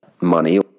money